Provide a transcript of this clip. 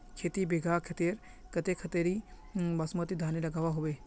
खेती बिगहा खेतेर केते कतेरी बासमती धानेर लागोहो होबे?